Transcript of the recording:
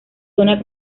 zona